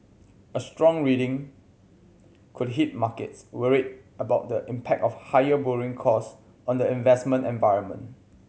a strong reading could hit markets worried about the impact of higher borrowing cost on the investment environment